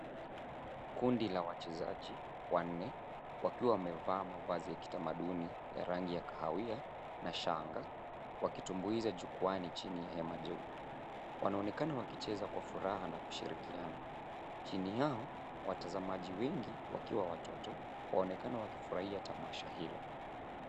Kundi la wachezaji wanne, wakiwa wamevaa mavazi ya kitamaduni ya rangi ya kahawia na shanga, wakitumbuiza jukwaani chini ya hema jeupe. Wanaonekana wakicheza kwa furaha na kushirikiana. Chini yao, watazamaji wengi wakiwa watoto ,waonekana wakifurahia tamasha hilo.